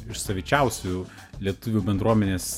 iš savičiausių lietuvių bendruomenės